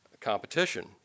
competition